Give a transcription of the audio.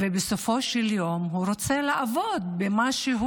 ובסופו של יום הוא רוצה לעבוד במשהו,